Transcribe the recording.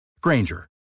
Granger